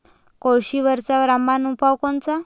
कोळशीवरचा रामबान उपाव कोनचा?